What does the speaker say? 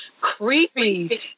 creepy